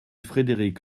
frédéric